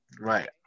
right